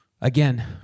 again